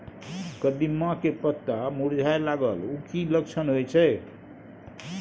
कदिम्मा के पत्ता मुरझाय लागल उ कि लक्षण होय छै?